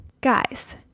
Guys